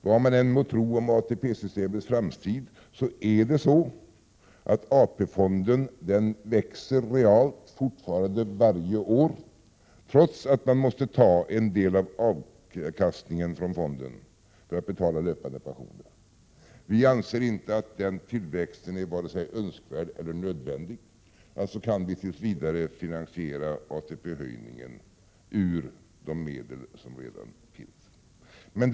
Vad man än må tro om ATP-systemets framtid, är det så att AP-fonden fortfarande växer realt varje år, trots att man måste ta en del av avkastningen från fonden för att betala löpande pensioner. Vi anser att den tillväxten är varken önskvärd eller nödvändig. Alltså kan vi tills vidare finansiera ATP-höjningen ur de medel som redan finns.